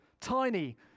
tiny